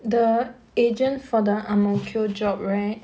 the agent for the ang mo kio job right